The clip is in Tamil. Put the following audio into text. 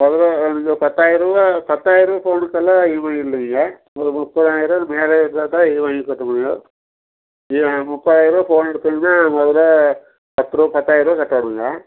முதல்ல இந்த பத்தாயிரருவா பத்தாயிரருவா ஃபோன்னுக்கெல்லாம் ஈஎம்ஐ இல்லைங்க ஒரு முப்பதாயிர்ருபா மேலே இருந்தால் தான் ஈஎம்ஐ கட்ட முடியும் இதில் முப்பதாயிர்ருபா ஃபோன் எடுத்தீங்கன்னால் முதல்ல பத்துருபா பத்தாயிரருவா கட்டணுங்க